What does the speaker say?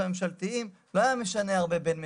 והממשלתיים לא היה משנה הרבה בין משקים.